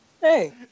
Hey